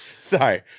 Sorry